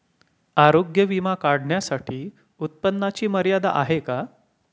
आरोग्य विमा काढण्यासाठी उत्पन्नाची मर्यादा आहे का?